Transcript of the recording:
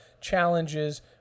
challenges